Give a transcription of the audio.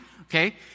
okay